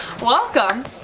Welcome